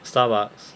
Starbucks